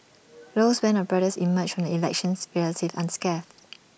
Low's Band of brothers emerged from the elections relatively unscathed